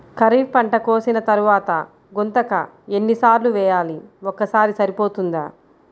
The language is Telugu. ఖరీఫ్ పంట కోసిన తరువాత గుంతక ఎన్ని సార్లు వేయాలి? ఒక్కసారి సరిపోతుందా?